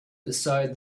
beside